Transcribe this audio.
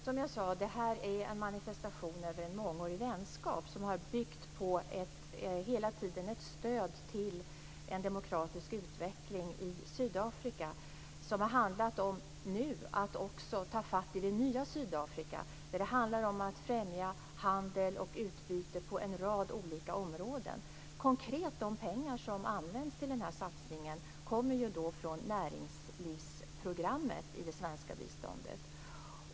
Fru talman! Som jag sade: Det här är en manifestation över en mångårig vänskap som hela tiden har byggt på ett stöd till en demokratisk utveckling i Sydafrika. Det handlar om att nu också ta fatt i det nya Sydafrika. Det handlar om att främja handel och utbyte på en rad olika områden. Konkret kommer de pengar som används till den här satsningen från näringslivsprogrammet i det svenska biståndet.